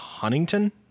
Huntington